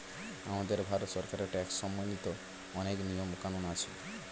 আমাদের ভারত সরকারের ট্যাক্স সম্বন্ধিত অনেক নিয়ম কানুন আছে